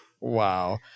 wow